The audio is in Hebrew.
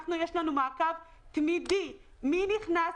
יש לנו מעקב תמידי של מי נכנס,